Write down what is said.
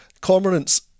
Cormorants